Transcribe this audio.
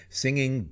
singing